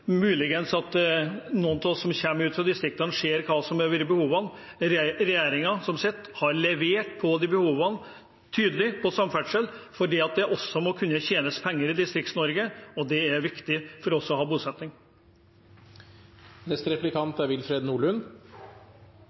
at noen av oss som kommer fra distriktene, ser hva som har vært behovene. Regjeringen som sitter, har levert tydelig på disse behovene, også på samferdsel – fordi det må kunne tjenes penger i Distrikts-Norge, og fordi det er viktig for oss å ha bosetting der. Representanten Skjelstad er